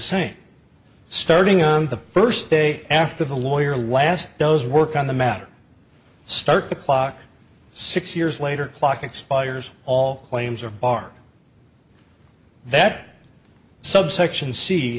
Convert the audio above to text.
same starting on the first day after the lawyer last does work on the matter start the clock six years later clock expires all claims are are that subsection